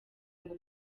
ngo